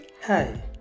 Hi